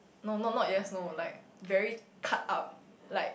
no not not yes no like very cut up like